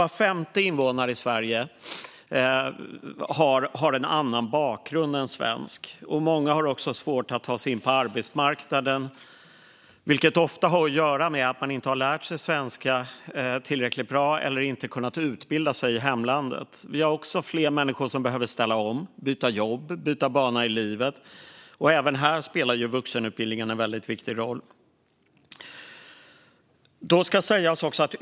Var femte invånare i Sverige har en annan bakgrund än svensk. Många har också svårt att ta sig in i på arbetsmarknaden, vilket ofta hänger ihop med att man inte har lärt sig svenska tillräckligt bra eller inte har kunnat utbilda sig i hemlandet. Det finns också fler människor som behöver ställa om, byta jobb eller byta bana i livet. Även här spelar vuxenutbildningen en viktig roll.